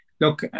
look